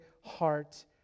heart